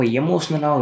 emotional